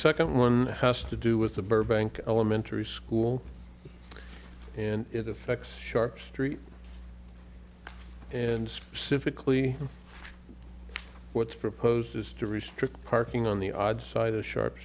second one has to do with the burbank elementary school and it affects sharp street and specifically what's proposed is to restrict parking on the odd side